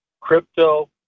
crypto